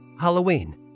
Halloween